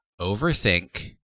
overthink